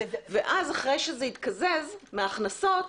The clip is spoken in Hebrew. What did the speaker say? ואז אחרי שזה יתקזז מההכנסות,